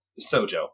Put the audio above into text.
Sojo